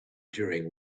during